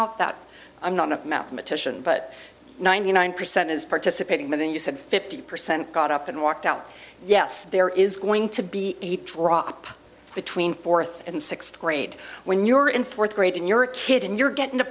out that i'm not a mathematician but ninety nine percent is participating and then you said fifty percent got up and walked out yes there is going to be drop between fourth and sixth grade when you're in fourth grade and you're a kid and you're getting to